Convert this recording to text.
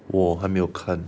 我还没有看